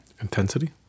Intensity